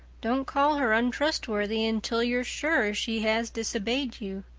don't call her untrustworthy until you're sure she has disobeyed you.